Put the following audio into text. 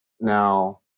Now